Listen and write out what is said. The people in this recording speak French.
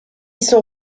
sont